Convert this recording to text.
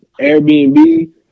Airbnb